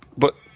but